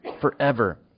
forever